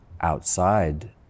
outside